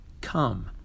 Come